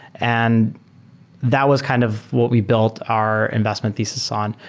and that was kind of what we built our investment thesis on.